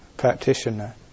practitioner